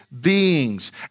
beings